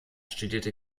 studierte